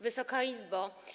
Wysoka Izbo!